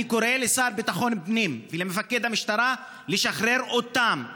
אני קורא לשר לביטחון פנים ולמפקד המשטרה לשחרר אותם,